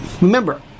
Remember